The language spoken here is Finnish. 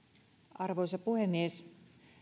arvoisa puhemies